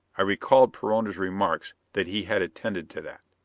i recalled perona's remark that he had attended to that.